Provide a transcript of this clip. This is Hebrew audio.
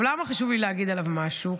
למה חשוב לי להגיד עליו משהו?